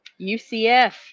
UCF